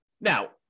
Now